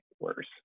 worse